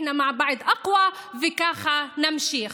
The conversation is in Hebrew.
(חוזרת על המילים בערבית,) וככה נמשיך.